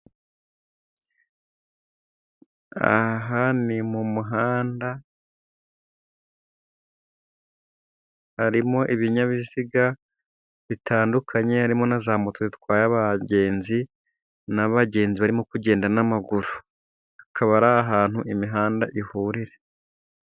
Aha ni mu muhanda harimo ibinyabiziga bitandukanye, harimo na za moto zitwaye abagenzi ,n'abagenzi barimo kugenda n'amaguru akaba ari ahantu imihanda ihurira.